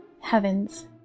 Heavens